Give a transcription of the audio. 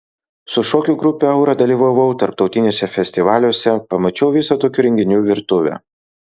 su šokių grupe aura dalyvavau tarptautiniuose festivaliuose pamačiau visą tokių renginių virtuvę